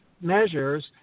measures